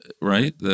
right